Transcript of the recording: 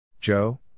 Joe